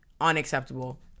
unacceptable